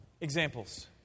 Examples